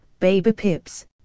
BabyPips